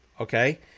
okay